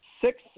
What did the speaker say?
six